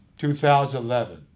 2011